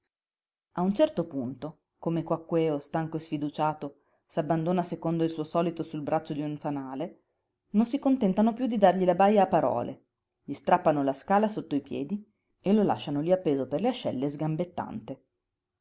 a un certo punto come quaquèo stanco e sfiduciato s'abbandona secondo il suo solito sul braccio d'un fanale non si contentano piú di dargli la baja a parole gli strappano la scala sotto i piedi e lo lasciano lí appeso per le ascelle